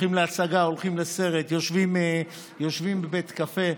הולכים להצגה, הולכים לסרט, יושבים בבית קפה.